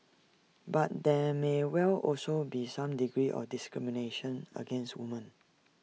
but there may well also be some degree of discrimination against women